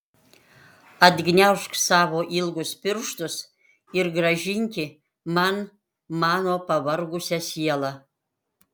atgniaužk savo ilgus pirštus ir grąžinki man mano pavargusią sielą